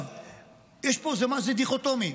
זה דיכוטומי: